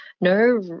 no